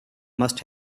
must